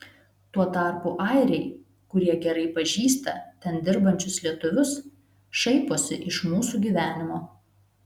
tuo tarpu airiai kurie gerai pažįsta ten dirbančius lietuvius šaiposi iš mūsų gyvenimo